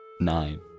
Nine